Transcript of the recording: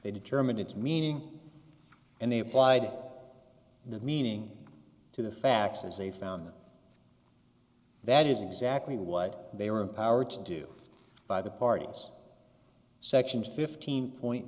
they determine its meaning and they applied the meaning to the facts as they found them that is exactly what they were empowered to do by the parties sections fifteen point